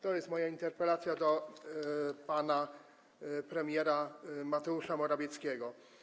To jest moja interpelacja do pana premiera Mateusza Morawieckiego.